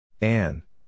Anne